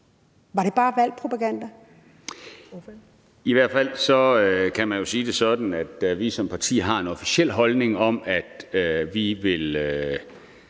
Flemming Hansen (KF): I hvert fald kan man jo sige det sådan, at vi som parti har en officiel holdning om, at vi vil